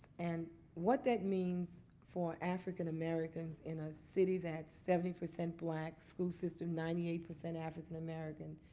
and what that means for african-americans in a city that seventy percent black, school system ninety eight percent african-american,